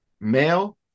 male